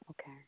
Okay